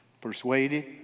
Persuaded